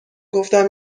گفتم